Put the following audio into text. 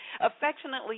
affectionately